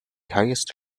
highest